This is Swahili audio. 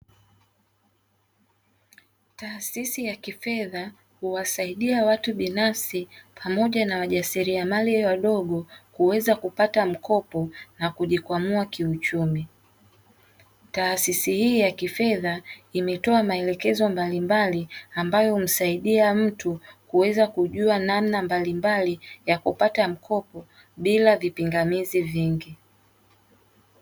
Taasisi ya kifedha huwasaidia watu binafsi, pamoja na wajasiriamali wadogo kuweza kupata mkopo kujikwamua kiuchumi. Taasisi hii ya kifedha imetoa maelekezo mbalimbali ambayo humsaidia mtu kuweza kujua namna mbalimbali ya kupata mkopo bila vipingamizi vingi.